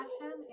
passion